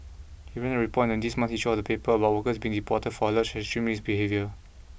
he ran a report in this month's issue of the paper about workers being deported for alleged extremist behaviour